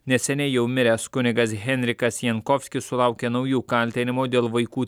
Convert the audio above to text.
neseniai jau miręs kunigas henrikas jankovskis sulaukia naujų kaltinimų dėl vaikų